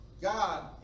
God